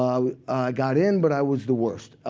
i got in, but i was the worst.